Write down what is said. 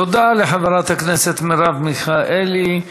תודה לחברת הכנסת מרב מיכאלי.